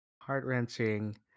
Heart-wrenching